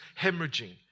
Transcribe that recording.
hemorrhaging